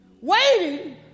waiting